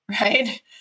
right